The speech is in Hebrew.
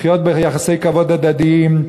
לחיות ביחסי כבוד הדדיים.